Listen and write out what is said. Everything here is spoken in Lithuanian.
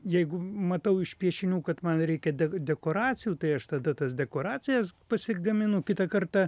jeigu matau iš piešinių kad man reikia deko dekoracijų tai aš tada tas dekoracijas pasigaminu kitą kartą